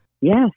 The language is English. Yes